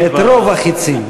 את רוב החצים,